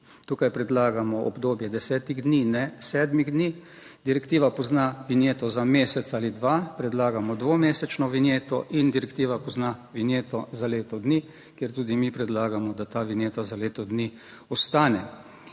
tukaj predlagamo obdobje desetih dni, ne sedmih dni, direktiva pozna vinjeto za mesec ali dva, predlagamo dvomesečno vinjeto in direktiva pozna vinjeto za leto dni, kjer tudi mi predlagamo, da ta vinjeta za leto dni ostane.